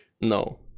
No